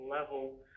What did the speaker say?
level